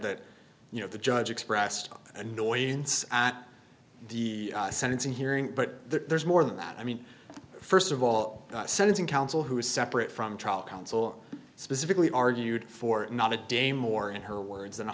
that you know the judge expressed annoyance at the sentencing hearing but there's more than that i mean first of all sentencing counsel who is separate from trial counsel specifically argued for not a day more in her words than